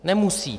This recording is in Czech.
Nemusí.